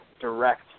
direct